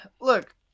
look